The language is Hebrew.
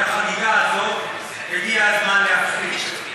את החגיגה הזאת הגיע הזמן להפסיק.